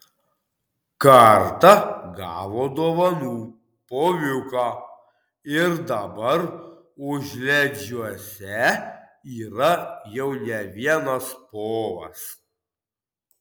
kartą gavo dovanų poviuką ir dabar užliedžiuose yra jau ne vienas povas